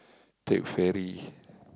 take ferry